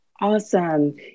Awesome